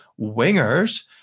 wingers